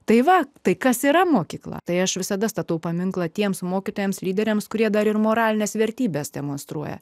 tai va tai kas yra mokykla tai aš visada statau paminklą tiems mokytojams lyderiams kurie dar ir moralines vertybes demonstruoja